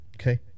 Okay